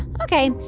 ok.